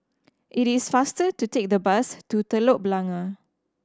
it is faster to take the bus to Telok Blangah